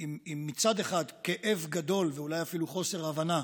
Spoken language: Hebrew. עם כאב גדול, ואולי אפילו חוסר הבנה,